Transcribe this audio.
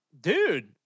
dude